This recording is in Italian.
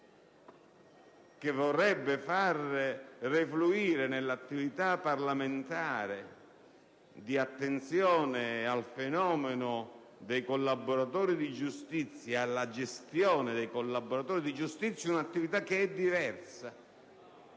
che vorrebbe far refluire nell'attività parlamentare di attenzione al fenomeno dei collaboratori di giustizia e alla gestione di questi ultimi un'attività che è diversa,